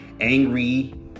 angry